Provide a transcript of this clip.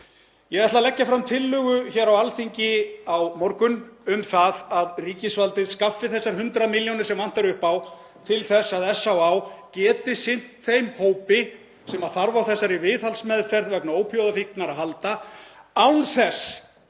Ég ætla að leggja fram tillögu hér á Alþingi á morgun um það að ríkisvaldið skaffi þessar 100 milljónir sem vantar upp á til þess að SÁÁ geti sinnt þeim hópi sem þarf á þessari viðhaldsmeðferð vegna ópíóíðafíknar að halda án þess